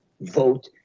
vote